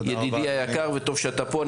ידידי היקר, וטוב שאתה פה.